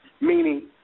meaning